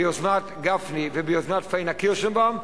ביוזמת גפני וביוזמת פניה קירשנבאום,